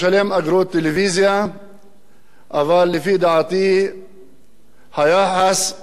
אבל לפי דעתי היחס מבחינת ערוצי התקשורת